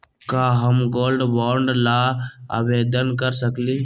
का हम gold bond ल आवेदन कर सकली?